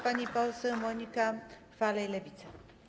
Pani poseł Monika Falej, Lewica.